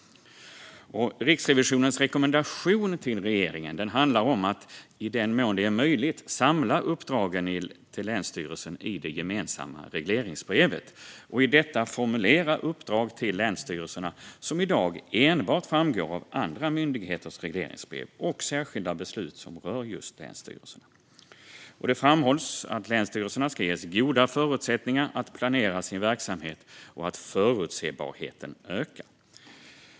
Riksrevisionens rekommendation till regeringen handlar om att i den mån det är möjligt samla uppdragen till länsstyrelserna i det gemensamma regleringsbrevet och i detta formulera uppdrag till länsstyrelserna som i dag enbart framgår av andra myndigheters regleringsbrev och särskilda beslut som rör just länsstyrelserna. Det framhålls att länsstyrelserna ska ges goda förutsättningar att planera sin verksamhet och att förutsebarheten ska öka.